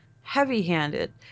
heavy-handed